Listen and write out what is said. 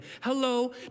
Hello